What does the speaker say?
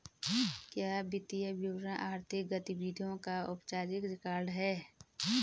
क्या वित्तीय विवरण आर्थिक गतिविधियों का औपचारिक रिकॉर्ड है?